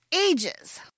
ages